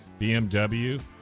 BMW